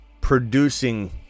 Producing